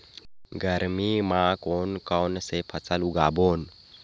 गरमी मा कोन कौन से फसल उगाबोन?